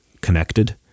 connected